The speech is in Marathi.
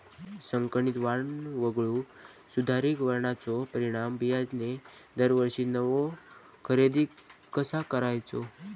संकरित वाण वगळुक सुधारित वाणाचो प्रमाण बियाणे दरवर्षीक नवो खरेदी कसा करायचो?